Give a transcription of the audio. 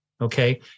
Okay